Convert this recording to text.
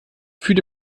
fühle